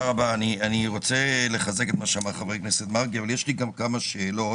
אני רוצה לחזק את מה שאמר חבר הכנסת מרגי ואני גם רוצה לשאול כמה שאלות